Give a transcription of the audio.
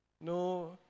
no